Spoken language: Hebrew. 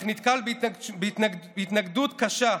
אך נתקל בהתנגדות קשה,